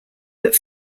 but